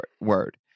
word